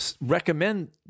recommend